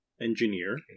engineer